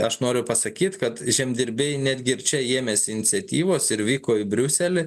aš noriu pasakyt kad žemdirbiai netgi ir čia ėmėsi iniciatyvos ir vyko į briuselį